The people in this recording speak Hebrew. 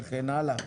וכן הלאה.